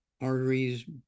arteries